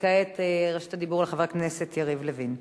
וכעת רשות הדיבור לחבר הכנסת יריב לוין.